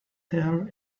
here